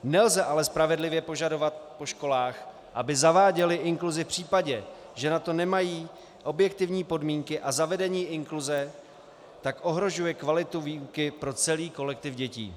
Nelze ale spravedlivě požadovat po školách, aby zaváděly inkluzi v případě, že na to nemají objektivní podmínky, a zavedení inkluze tak ohrožuje kvalitu výuky pro celý kolektiv dětí.